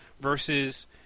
versus